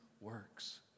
works